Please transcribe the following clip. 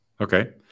Okay